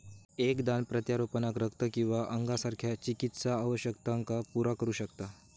एक दान प्रत्यारोपणाक रक्त किंवा अंगासारख्या चिकित्सा आवश्यकतांका पुरा करू शकता